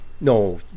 no